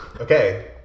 Okay